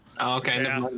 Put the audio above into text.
Okay